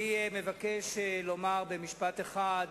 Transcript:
אני מבקש לומר, במשפט אחד,